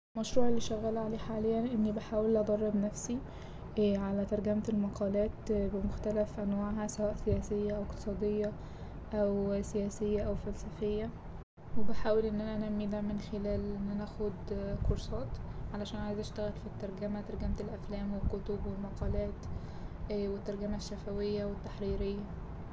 المشروع اللي شغاله عليه حاليا إني بحاول ادرب نفسي على ترجمة المقالات بمختلف أنواعها سواء سياسية أو إقتصادية أو سياسية أو فلسفية وبحاول إن أنا انمي ده من خلال إن أنا اخد كورسات علشان عايزة اشتغل في الترجمة ترجمة الأفلام والكتب والمقالات والترجمة الشفوية والتحريرية.